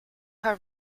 her